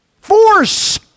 Force